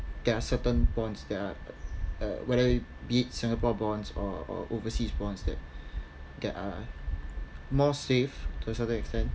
there are certain bonds that are whether it be singapore bonds or overseas bonds that there are more safe to a certain extent